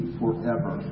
forever